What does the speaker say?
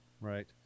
Right